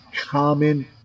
common